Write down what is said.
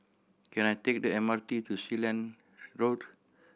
can I take the M R T to Sealand Road